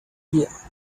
year